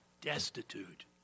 destitute